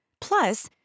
Plus